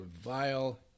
vile